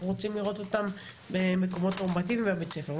אנחנו רוצים לראות אותם במקומות נורמטיביים ובבית ספר.